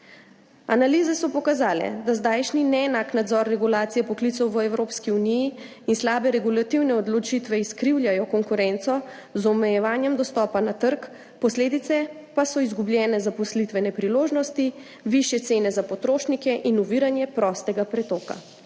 Analize so pokazale, da zdajšnji neenak nadzor regulacije poklicev v Evropski uniji in slabe regulativne odločitve izkrivljajo konkurenco z omejevanjem dostopa na trg, posledice pa so izgubljene zaposlitvene priložnosti, višje cene za potrošnike in oviranje prostega pretoka.